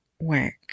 work